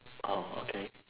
orh okay